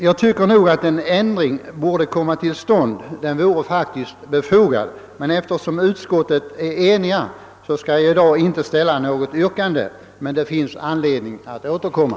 Jag tycker dock att en ändring är befogad. Gentemot ett enhälligt utskott skall jag i dag inte ställa något yrkande, men det finns anledning att återkomma.